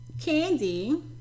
candy